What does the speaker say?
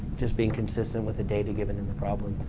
just being consistent with the data given in the problem.